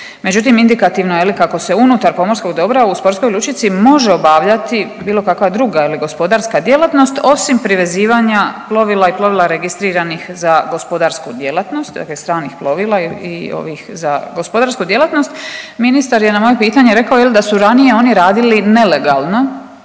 međutim indikativno je kako se unutar pomorskog dobra u sportskoj lučici može obavljati bilo kakva druga ili gospodarska djelatnost osim privezivanja plovila i plovila registriranih za gospodarsku djelatnost, dakle stranih plovila i ovih za gospodarsku djelatnost. Ministar je na moje pitanje rekao da su ranije oni radili nelegalno,